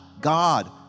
God